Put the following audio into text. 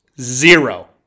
Zero